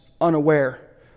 unaware